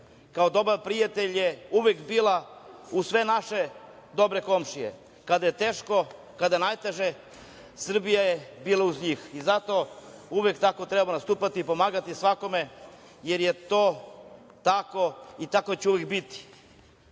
kao dobar prijatelj je uvek bila uz sve naše dobre komšije. Kada je teško, kada je najteže, Srbija je bila uz njih. Zato uvek tako treba nastupati i pomagati svakome, jer je to tako i tako će uvek biti.